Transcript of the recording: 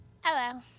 Hello